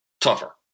tougher